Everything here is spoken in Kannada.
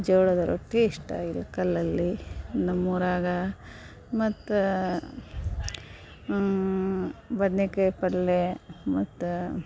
ಜೋಳದ ರೊಟ್ಟಿ ಇಷ್ಟ ಇಳಕಲ್ಲಲ್ಲಿ ನಮ್ಮ ಊರಾಗ ಮತ್ತು ಬದ್ನೆಕಾಯಿ ಪಲ್ಯ ಮತ್ತು